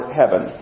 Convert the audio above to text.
heaven